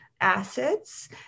acids